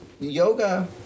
yoga